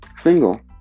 single